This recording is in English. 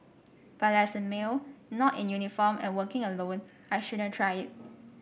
but as a male not in uniform and working alone I shouldn't try it